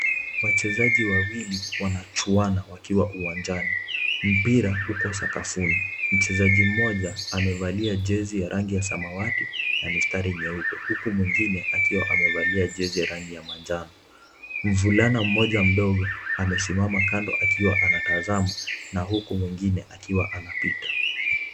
Wachezaji wawili wanachuana wakiwa uwanjani. Mpira uko sakafuni mchezaji mmoja amevalia sare ya rangi ya samawati na mistari myeupe huku mwingine amevalia jezi ya rangi ya manjano. Mvulana mmoja mdogo amesimama kando anatazama na huku mwingine akiwa anapita.